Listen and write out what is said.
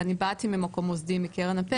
ואני באתי ממקום מוסדי מקרן הפנסיה,